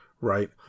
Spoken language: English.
Right